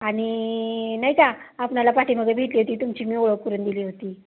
आणि नाही का आपणाला पाठीमागं भेटली होती तुमची मी ओळख करून दिली होती